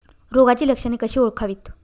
रोगाची लक्षणे कशी ओळखावीत?